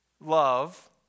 love